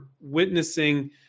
witnessing